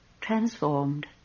Transformed